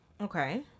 Okay